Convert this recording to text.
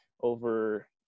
over